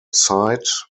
site